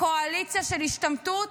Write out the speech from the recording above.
קואליציה של השתמטות?